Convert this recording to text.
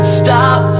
stop